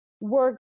work